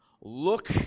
Look